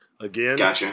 Again